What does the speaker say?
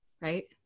Right